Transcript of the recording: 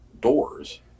doors